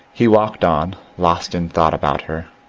he walked on, lost in thought about her,